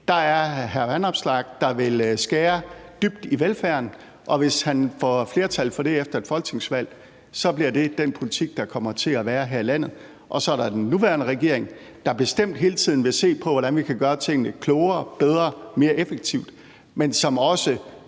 Der er hr. Alex Vanopslagh, der vil skære dybt i velfærden, og hvis han får flertal for det efter et folketingsvalg, bliver det den politik, der kommer til at være her i landet; så er der den nuværende regering, der bestemt hele tiden vil se på, hvordan vi kan gøre tingene klogere, bedre, mere effektivt, men som også